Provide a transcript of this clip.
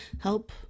help